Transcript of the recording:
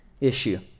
issue